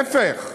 להפך.